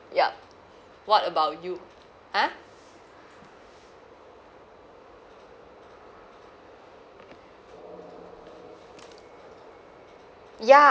yup what about you ah ya